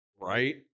Right